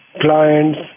clients